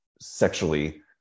sexually